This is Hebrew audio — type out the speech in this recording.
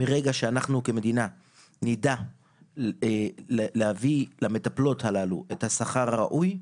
מרגע שאנחנו כמדינה נדע לתת למטפלות הללו את השכר הראוי,